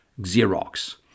Xerox